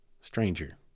stranger